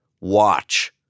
Watch